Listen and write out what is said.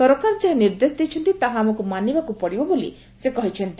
ସରକାର ଯାହା ନିର୍ଦେଶ ଦେଇଛନ୍ତି ତାହା ଆମକୁ ମାନିବାକୁ ପଡିବ ବୋଲି ସେ କହିଛନ୍ତି